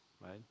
right